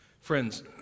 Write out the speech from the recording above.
Friends